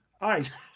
Ice